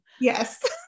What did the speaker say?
Yes